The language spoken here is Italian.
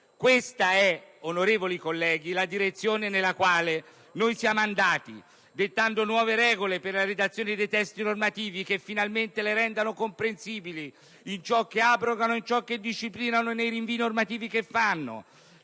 Questa è, onorevoli colleghi, la direzione nella quale siamo andati. Abbiamo dettato nuove regole per la redazione dei testi normativi, che finalmente li rendono comprensibili in ciò che abrogano, in ciò che disciplinano e nei loro rinvii normativi. Abbiamo